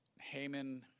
Haman